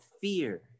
fear